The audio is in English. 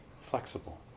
flexible